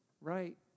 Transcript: right